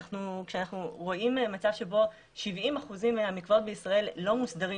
כשאנחנו רואים ש-70% מהמקוואות בישראל לא מוסדרים,